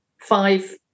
five